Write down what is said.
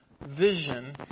vision